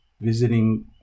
visiting